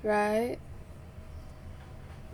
right